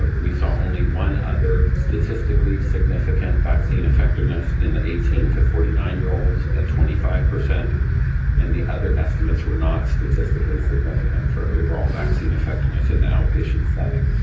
but we saw only one other statistically significant vaccine effectiveness in the eighteen to forty nine year olds at twenty five, and the other estimates were not statistically significant for overall vaccine effectiveness in the outpatient setting.